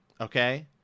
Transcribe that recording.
okay